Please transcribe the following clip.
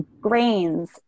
grains